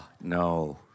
no